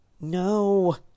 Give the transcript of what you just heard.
No